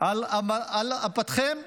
על אפכם וחמתכם.